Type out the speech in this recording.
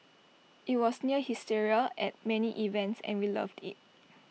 IT was near hysteria at many events and we loved IT